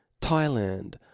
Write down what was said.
Thailand